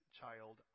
child